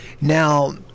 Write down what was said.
Now